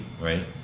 right